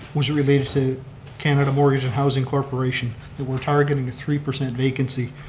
was related to canada mortgage and housing corporation that we're targeting a three percent vacancy.